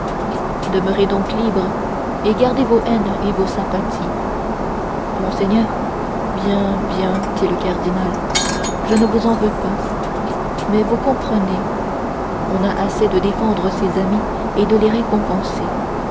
demeurez donc libre et gardez vos haines et vos sympathies monseigneur bien bien dit le cardinal je ne vous en veux pas mais vous comprenez on a assez de défendre ses amis et de les récompenser